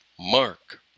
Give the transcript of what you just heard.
Mark